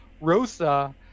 Rosa